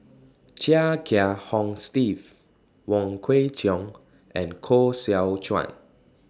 Chia Kiah Hong Steve Wong Kwei Cheong and Koh Seow Chuan